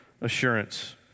assurance